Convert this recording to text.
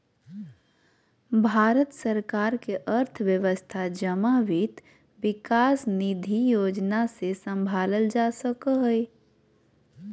भारत सरकार के अर्थव्यवस्था जमा वित्त विकास निधि योजना से सम्भालल जा सको हय